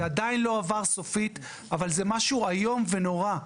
זה עדיין לא עבר סופית, אבל זה משהו איום ונורא.